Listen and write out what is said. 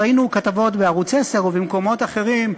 ראינו כתבות בערוץ 10 ובמקומות אחרים,